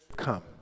come